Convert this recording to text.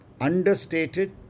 Understated